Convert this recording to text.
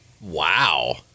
Wow